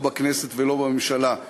לא בכנסת ולא בממשלה.